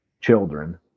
children